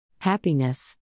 Happiness